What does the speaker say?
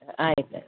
ಆಯ್ತು ಆಯ್ತು